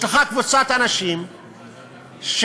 יש לך קבוצת אנשים שביטול